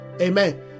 amen